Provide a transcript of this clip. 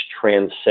transcend